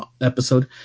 episode